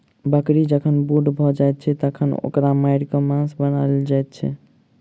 बकरी जखन बूढ़ भ जाइत छै तखन ओकरा मारि क मौस बना लेल जाइत छै